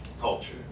culture